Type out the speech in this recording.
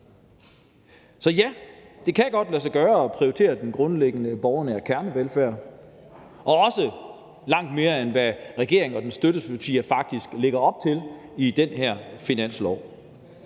Så ja, det kan godt lade sig gøre at prioritere den grundlæggende, borgernære kernevelfærd og også langt mere, end hvad regeringen og dens støttepartier faktisk lægger op til i den her finanslov.